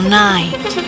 night